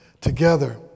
together